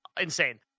insane